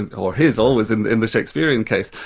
and or his, always in in the shakespearean case,